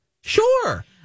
Sure